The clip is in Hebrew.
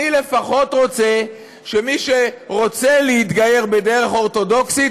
אני לפחות רוצה שמי שרוצה להתגייר בדרך אורתודוקסית,